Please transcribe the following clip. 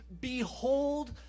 behold